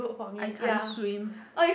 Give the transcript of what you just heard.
I can't swim